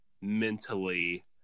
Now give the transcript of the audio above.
mentally